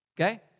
Okay